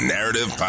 Narrative